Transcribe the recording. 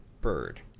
Bird